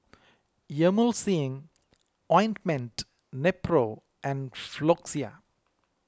Emulsying Ointment Nepro and Floxia